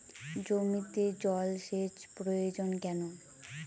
জমিতে জল সেচ প্রয়োজন কেন?